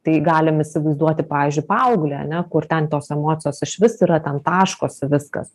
tai galim įsivaizduoti pavyzdžiui paauglį ane kur ten tos emocijos išvis yra ten taškosi viskas